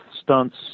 stunts